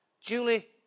Julie